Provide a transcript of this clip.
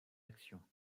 action